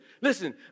listen